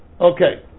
Okay